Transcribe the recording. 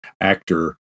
actor